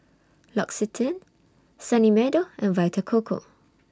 L'Occitane Sunny Meadow and Vita Coco